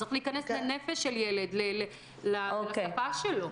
צריך להיכנס לנפש של ילד, לשפה שלו.